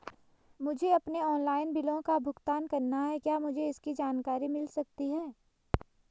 मुझे अपने ऑनलाइन बिलों का भुगतान करना है क्या मुझे इसकी जानकारी मिल सकती है?